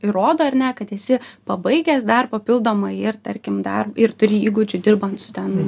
įrodo ar ne kad esi pabaigęs dar papildomai ir tarkim dar ir turi įgūdžių dirbant su ten